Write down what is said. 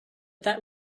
that